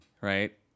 right